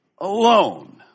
alone